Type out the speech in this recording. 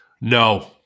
no